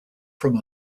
from